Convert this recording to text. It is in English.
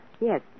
Yes